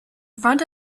front